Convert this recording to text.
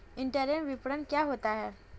Internet विपणन क्या होता है?